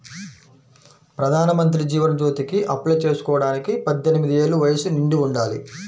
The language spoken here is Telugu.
ప్రధానమంత్రి జీవన్ జ్యోతికి అప్లై చేసుకోడానికి పద్దెనిది ఏళ్ళు వయస్సు నిండి ఉండాలి